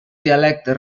dialectes